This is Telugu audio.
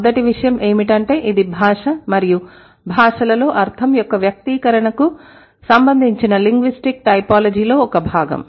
మొదటి విషయం ఏమిటంటే ఇది భాష మరియు భాషలలో అర్ధం యొక్క వ్యక్తీకరణకు సంబంధించిన లింగ్విస్టిక్ టైపోలాజీలో ఒక భాగం